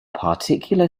particular